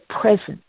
present